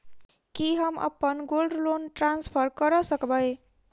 की हम अप्पन gold loan transfer करऽ सकबै?